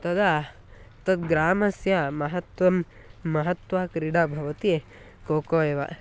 तदा तद्ग्रामस्य महत्त्वं महत्त्वा क्रीडा भवति कोको एव